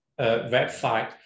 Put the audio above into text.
website